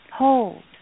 Hold